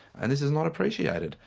and this is not appreciated,